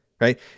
right